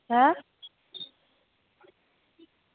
ऐं